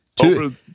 Two